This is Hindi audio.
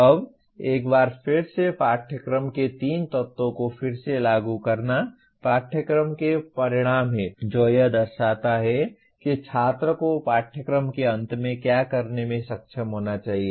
अब एक बार फिर से पाठ्यक्रम के तीन तत्वों को फिर से लागू करना पाठ्यक्रम के परिणाम हैं जो यह दर्शाता है कि छात्र को पाठ्यक्रम के अंत में क्या करने में सक्षम होना चाहिए